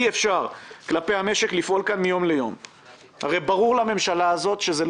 זה שלב שהיא צריכה להחזיר וצריכה להיות שם